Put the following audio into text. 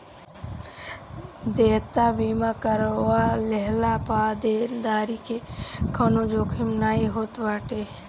देयता बीमा करवा लेहला पअ देनदारी के कवनो जोखिम नाइ होत बाटे